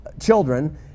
children